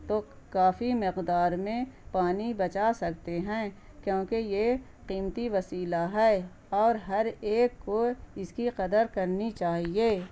تو کافی مقدار میں پانی بچا سکتے ہیں کیونکہ یہ قیمتی وسیلہ ہے اور ہر ایک کو اس کی قدر کرنی چاہیے